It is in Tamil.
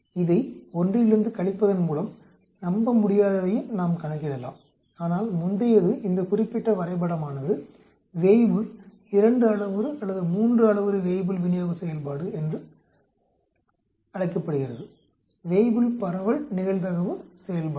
இதை 1 இலிருந்து கழிப்பதன் மூலம் நம்பமுடியாததையும் நாம் கணக்கிடலாம் ஆனால் முந்தையது இந்த குறிப்பிட்ட வரைபடமானது வேய்புல் 2 அளவுரு அல்லது 3 அளவுரு வேய்புல் விநியோக செயல்பாடு எனப்படுகிறது வேய்புல் பரவல் நிகழ்தகவு செயல்பாடு